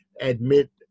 admit